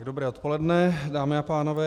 Dobré odpoledne, dámy a pánové.